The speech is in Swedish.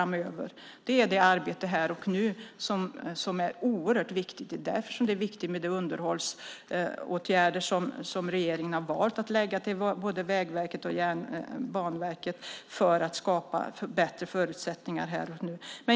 Men det är arbetet här och nu som är oerhört viktigt. Det är därför som det är viktigt med de underhållsåtgärder som regeringen har valt att lägga på både Vägverket och Banverket för att skapa bättre förutsättningar här och nu.